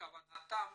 בכוונתם